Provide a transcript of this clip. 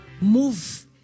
Move